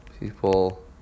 people